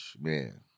man